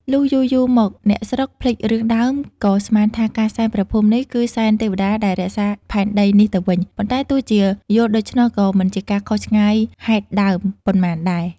លុះយូរៗ មក អ្នកស្រុកភ្លេចរឿងដើម ក៏ស្មានថា ការសែន ព្រះភូមិនេះ គឺសែនទេវតាដែលរក្សាផែនដីនេះទៅវិញ ប៉ុន្តែទោះជាយល់ដូច្នោះ ក៏មិនជាការខុសឆ្ងាយហេតុដើមប៉ុន្មានដែរ ។